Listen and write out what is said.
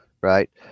Right